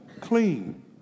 clean